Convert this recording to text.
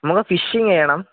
നമ്മൾക്ക് ഫിഷിങ് ചെയ്യണം